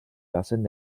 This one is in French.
personne